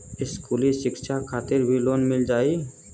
इस्कुली शिक्षा खातिर भी लोन मिल जाई?